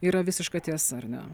yra visiška tiesa ar ne